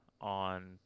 on